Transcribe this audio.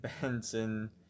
benson